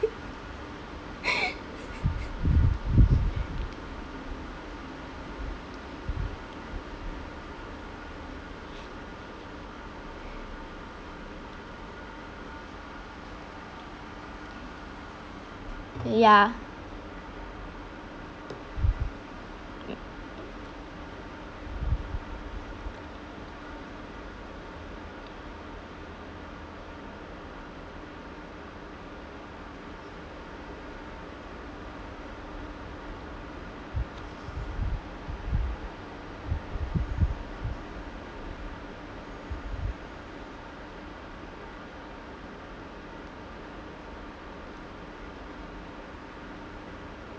ya